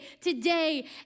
today